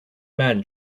men